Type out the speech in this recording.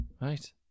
Right